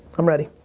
i'm ready.